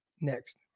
next